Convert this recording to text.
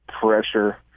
pressure